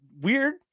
weird